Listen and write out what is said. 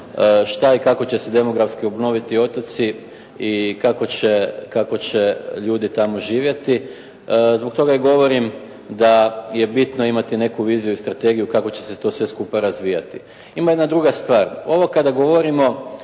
šta i kako će se demografski obnoviti otoci i kako će tamo ljudi živjeti, zbog toga i govorim da je bitno imati neku viziju i strategiju kako će se to sve skupa razvijati. Ima jedna druga stvar. Ovo kada govorimo